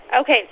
Okay